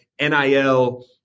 NIL